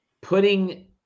Putting